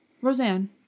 roseanne